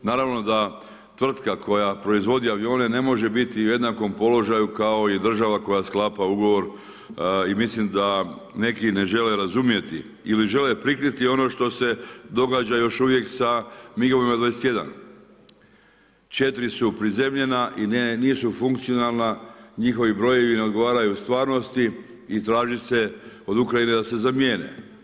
Naravno da, tvrtka koja proizvodi u avione, ne može biti u jednakom položaju, kao i država koja sklapa ugovor i mislim da neki ne žele razumjeti ili žele prikriti ono što se događa još uvijek sa MIG-ovima 21. 4 su prizemljena i nisu funkcionalna, njihovi brojevi ne odgovaraju stvarnosti i traži se od Ukrajine da se zamjene.